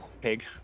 pig